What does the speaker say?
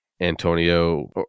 Antonio